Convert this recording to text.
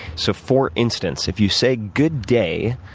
so for instance, if you say good day,